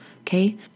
Okay